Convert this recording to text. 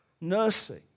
nursing